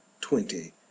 twenty